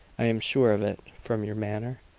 i am sure of it, from your manner.